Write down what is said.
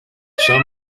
some